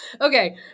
Okay